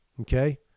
Okay